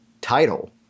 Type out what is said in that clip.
title